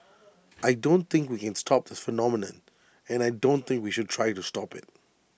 I don't think we can stop this phenomenon and I don't think we should try to stop IT